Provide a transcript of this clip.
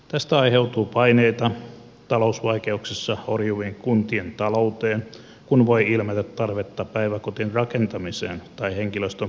tästä aiheutuu paineita talousvaikeuksissa horjuvien kuntien talouteen kun voi ilmetä tarvetta päiväkotien rakentamiseen tai henkilöstön palkkaamiseen